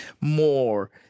more